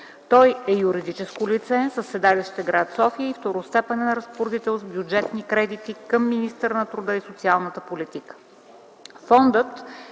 Той е юридическо лице със седалище в град София и второстепенен разпоредител с бюджетни кредити към министъра на труда и социалната политика.